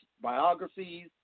biographies